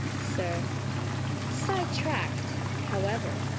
sir side-tracked however.